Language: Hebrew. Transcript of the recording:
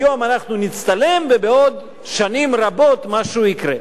היום אנחנו נצטלם ובעוד שנים רבות משהו יקרה.